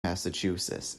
massachusetts